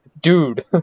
dude